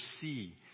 see